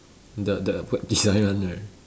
the the web design one right